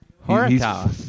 Horikawa